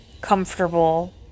comfortable